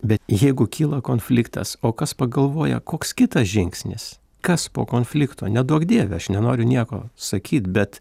bet jeigu kyla konfliktas o kas pagalvoja koks kitas žingsnis kas po konflikto neduok dieve aš nenoriu nieko sakyt bet